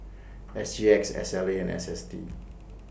S G X S L A and S S T